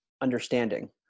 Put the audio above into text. understanding